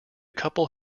couple